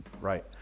right